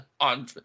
on